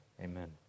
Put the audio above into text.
amen